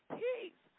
peace